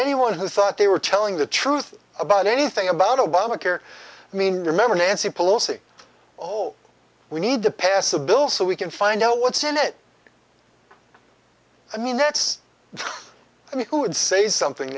anyone who thought they were telling the truth about anything about obamacare i mean remember nancy pelosi all we need to pass a bill so we can find out what's in it i mean that's i mean who would say something